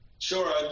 Sure